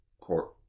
court